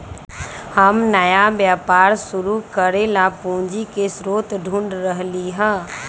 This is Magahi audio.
हम नया व्यापार शुरू करे ला पूंजी के स्रोत ढूढ़ रहली है